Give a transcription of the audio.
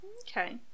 Okay